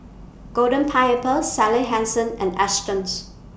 Golden Pineapple Sally Hansen and Astons